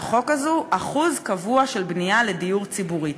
החוק הזאת אחוז קבוע של בנייה לדיור ציבורי.